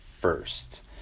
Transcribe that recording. first